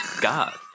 God